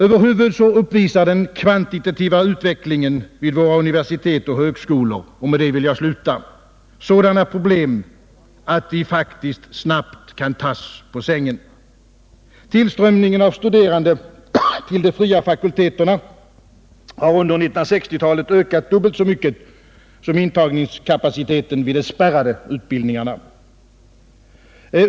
Över huvud taget uppvisar den kvantitativa utvecklingen vid våra universitet och högskolor sådana problem att vi faktiskt snabbt kan tas på sängen. Tillströmningen av studerande till de fria fakulteterna har under 1960-talet ökat dubbelt så mycket som intagningskapaciteten vid de spärrade utbildningarna.